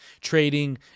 trading